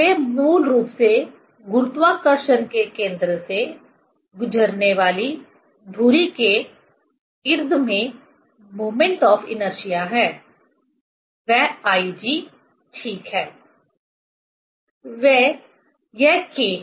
वे मूल रूप से गुरुत्वाकर्षण के केंद्र से गुजरने वाली धुरी के इर्द में मोमेंट ऑफ इनर्शिया हैं वह IG ठीक है